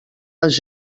les